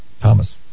Thomas